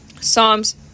psalms